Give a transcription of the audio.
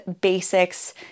basics